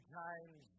times